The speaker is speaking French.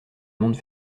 monde